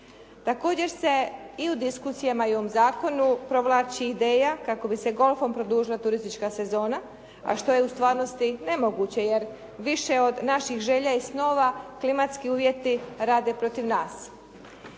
Također se i u diskusijama i u ovom zakonu provlači ideja kako bi se golfom produžila turistička sezona, a što je u stvarnosti nemoguće, jer više od naših želja i snova klimatski uvjeti rade protiv nas.